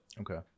Okay